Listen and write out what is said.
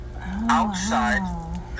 outside